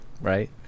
right